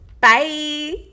Bye